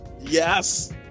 Yes